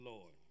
Lord